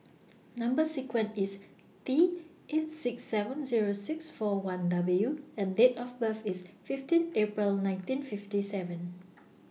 Number sequence IS T eight six seven Zero six four one W and Date of birth IS fifteen April nineteen fifty seven